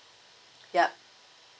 yup